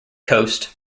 coast